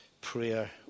prayer